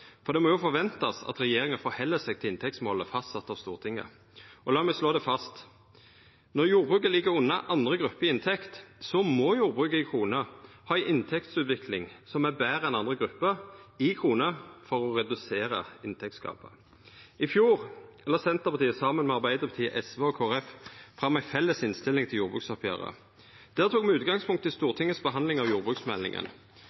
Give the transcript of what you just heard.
for det må forventast at regjeringa held seg til inntektsmålet fastsett av Stortinget. Og la meg slå det fast: Når jordbruket ligg under andre grupper i inntekt, så må jordbruket i kroner ha ei inntektsutvikling som er betre enn andre grupper – i kroner – for å redusera inntektsgapet. I fjor la Senterpartiet saman med Arbeidarpartiet, SV og Kristeleg Folkeparti fram ei felles innstilling til jordbruksoppgjeret. Der tok me utgangspunkt i